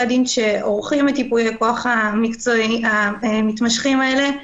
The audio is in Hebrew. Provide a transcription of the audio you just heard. הדין שעורכים את ייפויי הכוח המתמשכים האלה,